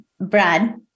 Brad